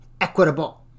equitable